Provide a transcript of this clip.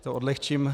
To odlehčím.